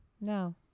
no